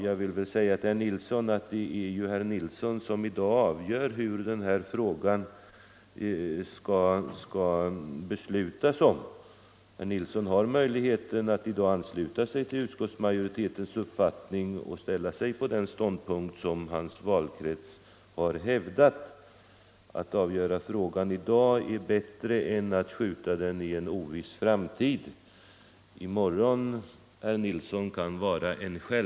Jag vill till herr Nilsson i Visby säga att det är herr Nilsson som i dag avgör hur det skall beslutas i denna fråga. Herr Nilsson har möjlighet att ansluta sig till utskottsmajoritetens uppfattning och inta den ståndpunkt som hans valkrets har hävdat - därmed finns också en majoritet i kammaren! Att avgöra frågan i dag är bättre än att skjuta upp den till en oviss framtid. I morgon kan vara en skälm, herr Nilsson!